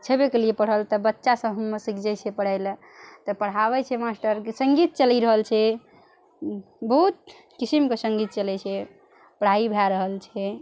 छेबेके लियै पढ़ल तऽ बच्चासँ हम सीख जाइ छियै पढ़य लए तऽ पढ़ाबय छै मास्टर जे सङ्गीत चलि रहल छै बहुत किसिमके सङ्गीत चलय छै पढ़ाइ भए रहल छै